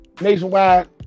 nationwide